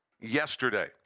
yesterday